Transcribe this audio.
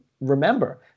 remember